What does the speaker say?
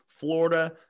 Florida